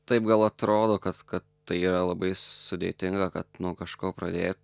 taip gal atrodo kad kad tai yra labai sudėtinga kad nu kažko pradėt